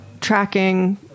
tracking